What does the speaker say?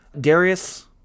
Darius